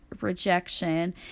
rejection